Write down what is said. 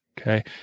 Okay